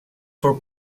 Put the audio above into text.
for